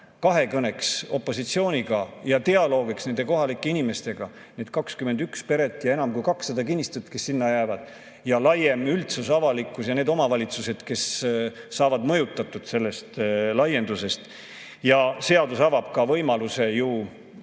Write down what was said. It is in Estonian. kahekõneks opositsiooniga ja dialoogiks nende kohalike inimestega – need 21 peret ja enam kui 200 kinnistut, kes sinna jäävad, ja laiem üldsus, avalikkus ja need omavalitsused, kes saavad mõjutatud sellest laiendusest. Ja seadus avab võimaluse ju